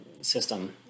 system